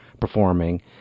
performing